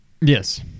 Yes